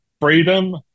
freedom